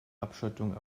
abschottung